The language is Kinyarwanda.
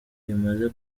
rimaze